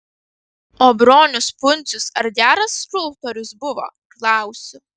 o bronius pundzius ar geras skulptorius buvo klausiu